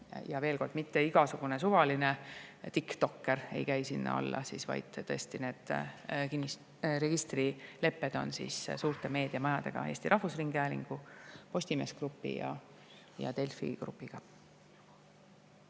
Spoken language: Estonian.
Ja veel kord: mitte igasugune suvaline tiktokker ei käi sinna alla, vaid tõesti need registrilepped on suurte meediamajadega, Eesti Rahvusringhäälingu, Postimees Grupi ja Delfi Grupiga.